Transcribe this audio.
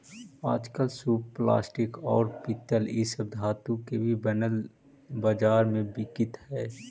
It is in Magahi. आजकल सूप प्लास्टिक, औउर पीतल इ सब धातु के भी बनल बाजार में बिकित हई